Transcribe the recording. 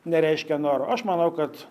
nereiškia noro aš manau kad